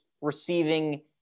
receiving